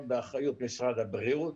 המוסדות הגריאטריים הם אחריות משרד הבריאות.